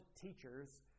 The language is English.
teachers